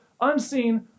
unseen